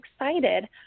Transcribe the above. excited